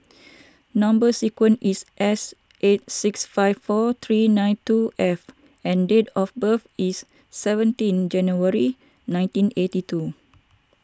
Number Sequence is S eight six five four three nine two F and date of birth is seventeen January nineteen eighty two